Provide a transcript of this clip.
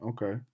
Okay